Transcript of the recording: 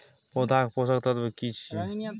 पौधा के पोषक तत्व की छिये?